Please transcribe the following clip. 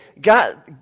God